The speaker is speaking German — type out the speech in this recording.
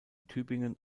tübingen